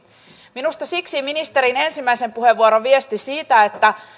minusta siksi ministerin ensimmäisen puheenvuoron viesti siitä että